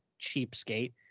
cheapskate